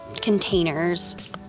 containers